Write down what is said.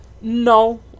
No